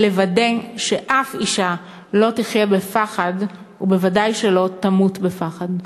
ולוודא שאף אישה לא תחיה בפחד וודאי שלא תמות בפחד.